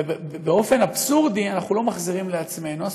ובאופן אבסורדי, אנחנו לא מחזירים לעצמנו.